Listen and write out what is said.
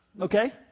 okay